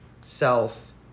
self